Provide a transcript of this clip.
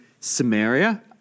Samaria